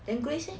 then place leh